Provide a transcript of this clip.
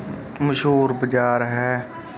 ਮਸ਼ਹੂਰ ਬਜ਼ਾਰ ਹੈ